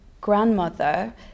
grandmother